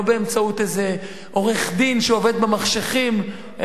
באמצעות איזה עורך-דין שעובד במחשכים,